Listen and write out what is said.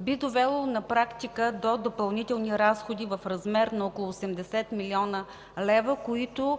би довело на практика до допълнителни разходи в размер на около 80 млн. лв., които